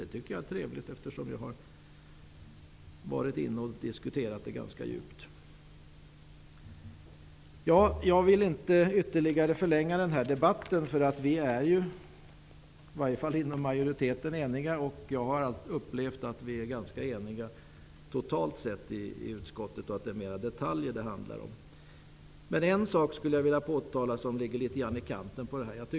Det tycker jag är trevligt, eftersom vi har diskuterat detta ganska djupt. Jag vill inte ytterligare förlänga den här debatten, eftersom vi åtminstone inom majoriteten är eniga. Jag har upplevt att vi i utskottet totalt sett är ganska eniga och att det mer är detaljer som det handlar om. Men jag vill påtala en sak som ligger litet grand i kanten av denna debatt.